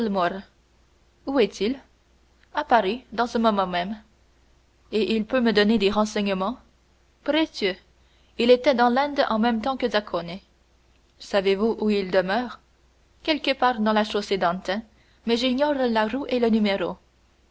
où est-il à paris dans ce moment même et il peut me donner des renseignements précieux il était dans l'inde en même temps que zaccone savez-vous où il demeure quelque part dans la chaussée-d'antin mais j'ignore la rue et le numéro